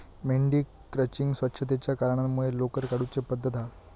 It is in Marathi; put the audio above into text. मेंढी क्रचिंग स्वच्छतेच्या कारणांमुळे लोकर काढुची पद्धत हा